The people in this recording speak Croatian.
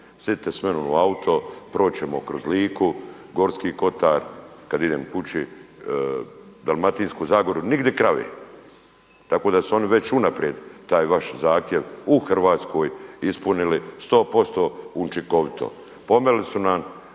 Sidite s menom u auto proći ćemo kroz Liku, Gorski kotar kada idem kući Dalmatinsku zagoru nigdi krave. Tako da su oni već unaprijed taj vaš zahtjev u Hrvatskoj ispunili 100% učinkovito. Pomeli su nam